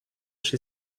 chez